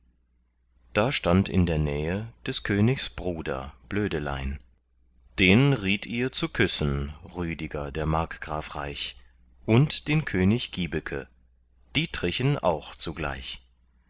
da stand in der nähe des königs bruder blödelein den riet ihr zu küssen rüdiger der markgraf reich und den könig gibeke dietrichen auch zugleich